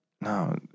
no